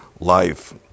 life